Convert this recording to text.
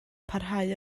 parhau